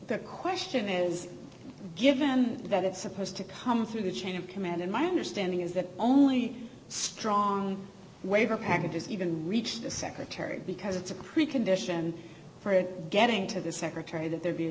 the question is given that it's supposed to come through the chain of command and my understanding is that only strong waiver packages even reach the secretary because it's a create condition for getting to the secretary that there be a